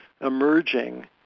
emerging